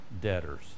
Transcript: debtors